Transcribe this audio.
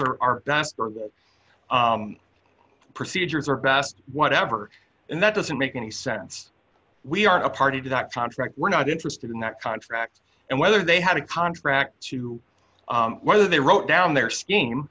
laws are the procedures are best whatever and that doesn't make any sense we are a party to that contract we're not interested in that contract and whether they have a contract to whether they wrote down their scheme